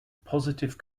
positive